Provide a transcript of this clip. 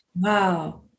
Wow